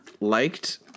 liked